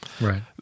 Right